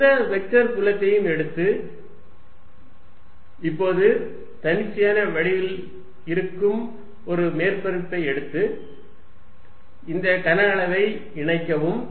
எந்த வெக்டர் புலத்தையும் எடுத்து இப்போது தன்னிச்சையான வடிவத்தில் இருக்கும் ஒரு மேற்பரப்பை எடுத்து இந்த கன அளவை இணைக்கவும்